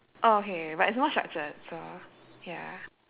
oh okay but it's more structured so ya